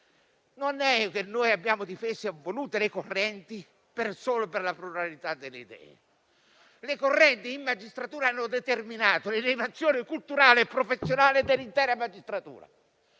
non è che noi abbiamo difeso e voluto le correnti solo per la pluralità delle idee. Le correnti in magistratura hanno determinato l'elevazione culturale e professionale dell'intera magistratura